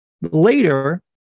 Later